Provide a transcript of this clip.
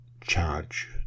charge